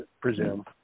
presume